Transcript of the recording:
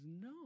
no